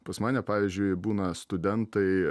pas mane pavyzdžiui būna studentai